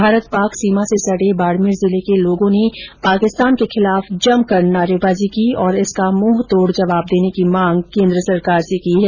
भारत पाक सीमा से सटे बाड़मेर जिले के लोगों ने पाकिस्तान के खिलाफ जमकर नारेबाजी की और इसका मुंहतोड़ जवाब देने की मांग केंद्र सरकार से की है